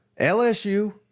LSU